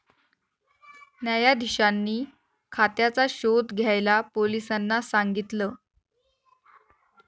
न्यायाधीशांनी खात्याचा शोध घ्यायला पोलिसांना सांगितल